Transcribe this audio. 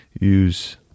use